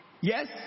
Yes